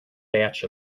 batch